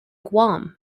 guam